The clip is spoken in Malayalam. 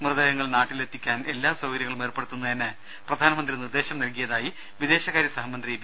മൃതദേഹങ്ങൾ നാട്ടിലെത്തിക്കാൻ എല്ലാ സൌകര്യങ്ങളും ഏർപ്പെടുത്തുന്നതിന് പ്രധാനമന്ത്രി നിർദ്ദേശം നൽകിയതായി വിദേശകാര്യ സഹമന്ത്രി വി